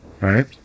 right